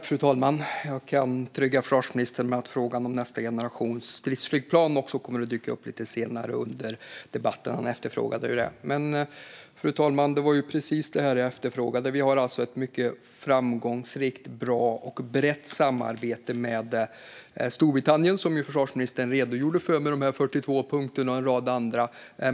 Fru talman! Jag kan trygga försvarsministern med att frågan om nästa generations stridsflygplan kommer att dyka upp lite senare under debatten. Han efterfrågade ju det. Fru talman! Det var precis detta jag efterfrågade. Vi har alltså ett mycket framgångsrikt och brett samarbete med Storbritannien, vilket försvarsministern redogjorde för, med dessa 42 punkter och en rad andra.